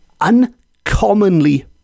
uncommonly